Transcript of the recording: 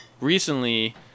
recently